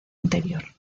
anterior